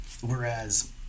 Whereas